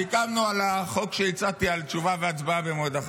סיכמנו על החוק שהצעתי, תשובה והצבעה במועד אחר.